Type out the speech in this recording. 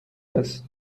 است